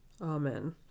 Amen